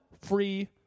free